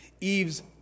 Eve's